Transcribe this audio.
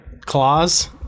claws